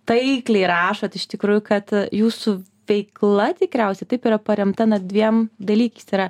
taikliai rašot iš tikrųjų kad jūsų veikla tikriausiai taip yra paremta na dviem dalykais tai yra